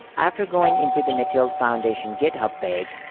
after going into the material foundation github page,